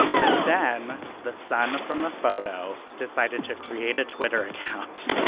but then the son from the photo decided to create a twitter account